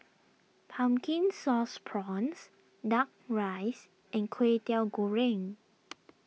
Pumpkin Sauce Prawns Duck Rice and Kway Teow Goreng